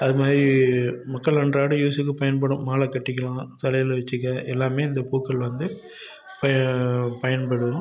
அது மாதிரி மக்கள் அன்றாட யூஸுக்கு பயன்படும் மாலை கட்டிக்கலாம் தலையில் வெச்சிக்க எல்லாமே இந்தப் பூக்கள் வந்து பய பயன்படும்